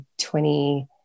20